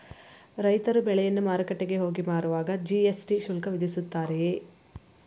ರೈತರು ಬೆಳೆಯನ್ನು ಮಾರುಕಟ್ಟೆಗೆ ಹೋಗಿ ಮಾರುವಾಗ ಜಿ.ಎಸ್.ಟಿ ಶುಲ್ಕ ವಿಧಿಸುತ್ತಾರೆಯೇ?